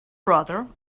brother